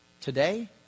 today